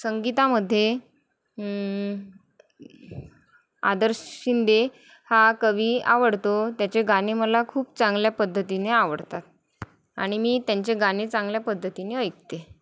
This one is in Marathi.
संगीतामध्ये आदर्श शिंदे हा कवी आवडतो त्याचे गाणे मला खूप चांगल्या पद्धतीने आवडतात आणि मी त्यांचे गाणे चांगल्या पद्धतीने ऐकते